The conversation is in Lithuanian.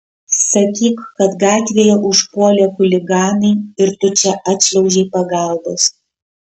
sakyk kad gatvėje užpuolė chuliganai ir tu čia atšliaužei pagalbos